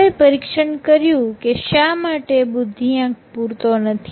આપણે પરીક્ષણ કર્યું કે શા માટે બુદ્ધિઆંક પૂરતો નથી